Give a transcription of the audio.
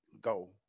go